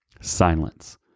silence